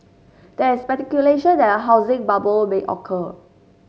there is speculation that a housing bubble may occur